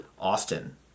Austin